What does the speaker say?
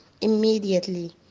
immediately